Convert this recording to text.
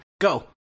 go